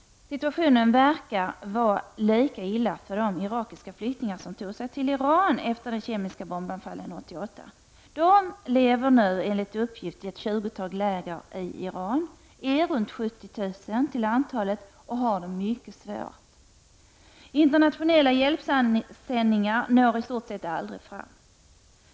Situationen verkar vara lika illa för de irakiska flyktingar som tog sig till Iran efter de kemiska bombanfallen 1988. De lever nu enligt uppgift i ett tjugotal läger i Iran, är runt 70 000 till antalet och har det mycket svårt. Internationella hjälpsändningar når i stort sett aldrig fram.